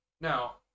Now